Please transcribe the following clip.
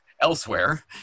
elsewhere